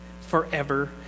forever